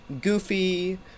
goofy